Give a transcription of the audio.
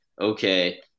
okay